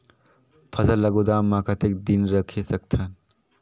फसल ला गोदाम मां कतेक दिन रखे सकथन?